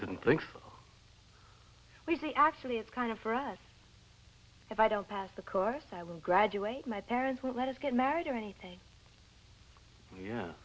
didn't think we see actually it's kind of for us if i don't pass the course i will graduate my parents won't let us get married or anything yeah